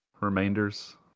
Remainders